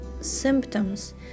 symptoms